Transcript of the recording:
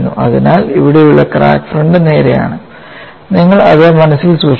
അതിനാൽ ഇവിടെയുള്ള crack front നേരെയാണ് നിങ്ങൾ അത് മനസ്സിൽ സൂക്ഷിക്കണം